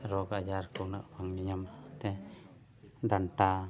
ᱨᱳᱜᱽ ᱟᱡᱟᱨ ᱠᱚ ᱩᱱᱟᱹᱜ ᱵᱟᱝ ᱜᱮ ᱧᱟᱢᱚᱜ ᱛᱮ ᱰᱟᱱᱴᱟ